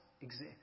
exist